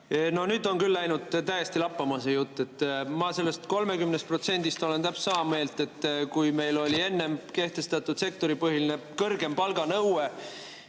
No nüüd on küll läinud täiesti lappama see jutt. Ma olen selle 30% puhul täpselt sama meelt. Kui meil oli enne kehtestatud sektoripõhine kõrgem palganõue,